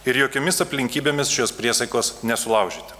ir jokiomis aplinkybėmis šios priesaikos nesulaužyti